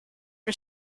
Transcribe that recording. her